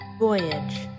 Voyage